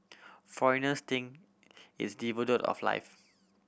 foreigners think it's devoid of life